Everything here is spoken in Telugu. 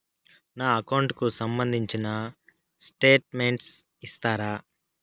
నా అకౌంట్ కు సంబంధించిన స్టేట్మెంట్స్ ఇస్తారా